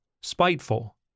spiteful